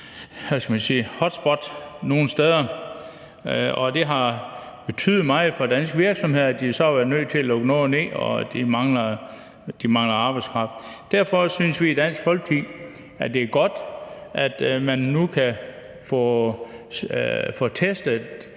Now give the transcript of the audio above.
et hotspot. Det har betydet meget for de danske virksomheder, at de så har været nødt til at lukke noget ned, og at de så mangler arbejdskraft. Derfor synes vi i Dansk Folkeparti, at det er godt, at man nu kan få testet